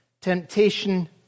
temptation